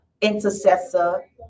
intercessor